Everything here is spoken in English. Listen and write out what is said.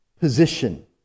position